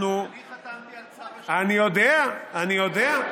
אנחנו, אני חתמתי על צו, אני יודע, אני יודע.